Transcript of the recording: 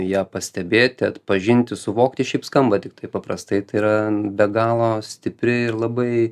ją pastebėti atpažinti suvokti šiaip skamba tiktai paprastai tai yra be galo stipri ir labai